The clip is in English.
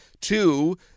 Two